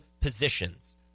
positions